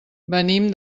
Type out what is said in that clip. venim